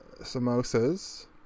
samosas